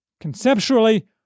Conceptually